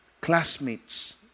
classmates